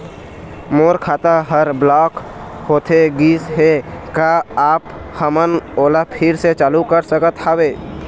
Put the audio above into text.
मोर खाता हर ब्लॉक होथे गिस हे, का आप हमन ओला फिर से चालू कर सकत हावे?